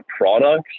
products